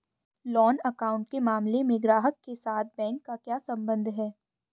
Loan account के मामले में ग्राहक के साथ बैंक का क्या संबंध है?